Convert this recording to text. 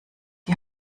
die